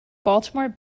baltimore